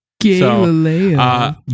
Galileo